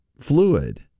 fluid